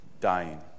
dying